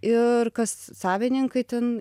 ir kas savininkai ten